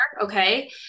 Okay